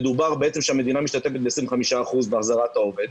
מדובר שהמדינה משתתפת ב-25% בהחזרת העובד.